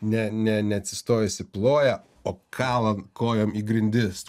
ne ne ne atsistojusi ploja o kala kojom į grindis